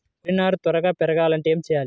వరి నారు త్వరగా పెరగాలంటే ఏమి చెయ్యాలి?